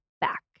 back